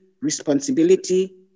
responsibility